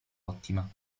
ottima